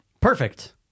Perfect